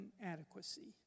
inadequacy